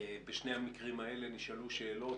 בשני המקרים האלה נשאלו שאלות,